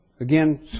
again